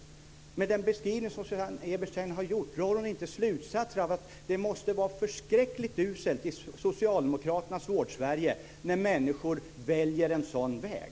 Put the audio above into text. Efter den beskrivning som Susanne Eberstein har gjort - drar hon inte slutsatsen att det måste vara förskräckligt uselt i Socialdemokraternas Vård Sverige när människor väljer en sådan väg?